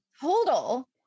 Total